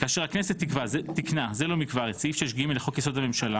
כאשר הכנסת תיקנה זה לא מכבר את סעיף 6(ג) לחוק יסוד: הממשלה